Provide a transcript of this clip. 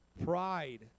pride